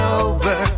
over